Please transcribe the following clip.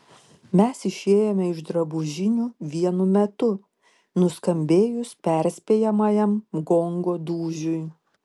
mes išėjome iš drabužinių vienu metu nuskambėjus perspėjamajam gongo dūžiui